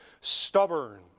stubborn